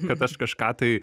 kad aš kažką tai